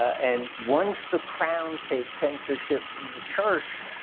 and once the crown takes censorship from the church,